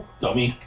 dummy